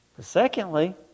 secondly